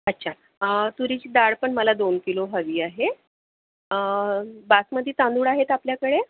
अच्छा तुरीची डाळ पण मला दोन किलो हवी आहे बासमती तांदूळ आहेत आपल्याकडे